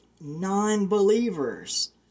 non-believers